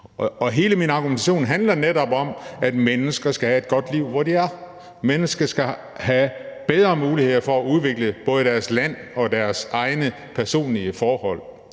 Hele min argumentation handler netop om, at mennesker skal have et godt liv, hvor de er. Mennesker skal have bedre mulighed for at udvikle både deres land og deres egne personlige forhold.